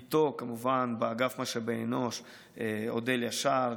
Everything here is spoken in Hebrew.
איתו כמובן באגף משאבי אנוש אודל ישר,